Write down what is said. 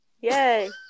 yay